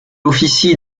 officie